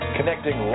Connecting